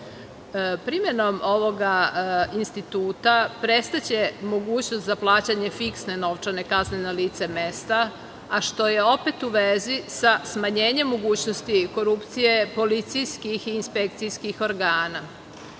kazni. Primenom ovoga instituta prestaće mogućnost za plaćanje fiksne novčane kazne na licu mesta, a što je opet u vezi sa smanjenjem mogućnosti korupcije policijskih i inspekcijskih organa.